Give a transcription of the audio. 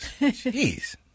Jeez